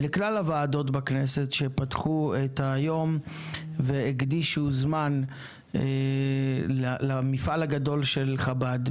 ולכלל הועדות בכנסת שפתחו את היום והקדישו זמן למפעל הגדול של חב"ד.